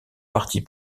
parti